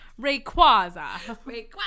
Rayquaza